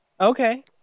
Okay